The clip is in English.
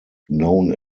known